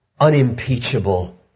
unimpeachable